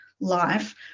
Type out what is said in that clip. life